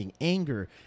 anger